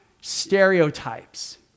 stereotypes